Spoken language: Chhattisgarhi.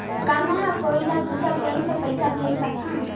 का मेंहा कोई ला दूसर बैंक से पैसा भेज सकथव?